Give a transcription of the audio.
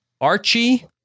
Archie